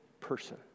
person